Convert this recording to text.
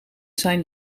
zijn